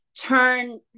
turn